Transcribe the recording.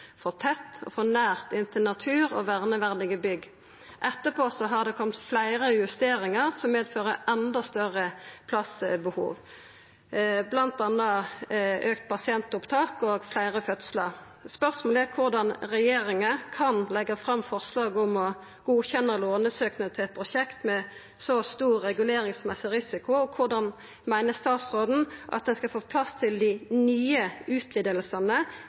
for tett og for nært natur og verneverdige bygg. Etterpå har det kome fleire justeringar, som medfører enda større plassbehov, bl.a. auka pasientopptak og fleire fødslar. Spørsmålet er korleis regjeringa kan leggja fram forslag om å godkjenna lånesøknaden til eit prosjekt med så stor reguleringsrisiko. Og korleis meiner statsråden at ein skal få plass til dei nye